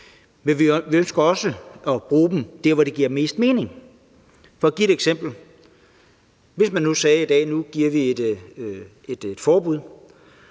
men vi ønsker også at bruge dem der, hvor det giver mest mening. For at give et eksempel: Hvis man nu sagde, at vi i dag gav et forbud,